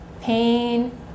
pain